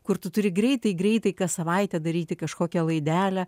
kur tu turi greitai greitai kas savaitę daryti kažkokią laidelę